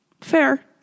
Fair